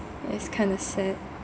it's kind of sad